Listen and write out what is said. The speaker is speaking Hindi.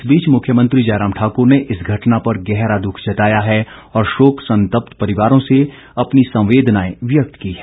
इस बीच मुख्यमंत्री जयराम ठाकुर ने इस घटना पर गहरा दुख जताया है और शोक संतप्त परिवारों से अपनी संवेदनाएं व्यक्त की है